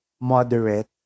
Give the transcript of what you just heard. moderate